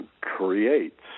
creates